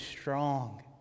strong